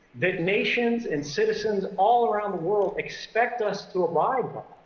that nations and citizens all around the world expect us to abide